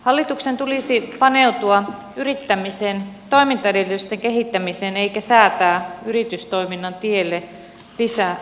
hallituksen tulisi paneutua yrittämisen toimintaedellytysten kehittämiseen eikä säätää yritystoiminnan tielle lisää hidasteita